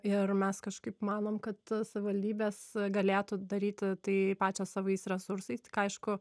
ir mes kažkaip manom kad savivaldybės galėtų daryti tai pačios savais resursais tik aišku